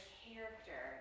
character